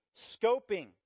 scoping